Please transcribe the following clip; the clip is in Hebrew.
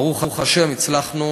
ברוך השם, הצלחנו